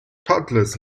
toddlers